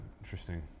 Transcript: Interesting